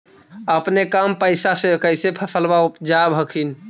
अपने कम पैसा से कैसे फसलबा उपजाब हखिन?